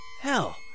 Hell